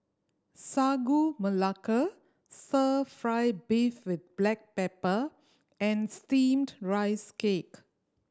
Sagu Melaka Stir Fry beef with black pepper and Steamed Rice Cake